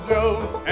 Jones